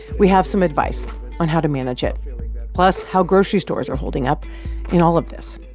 we have some advice on how to manage it plus how grocery stores are holding up in all of this.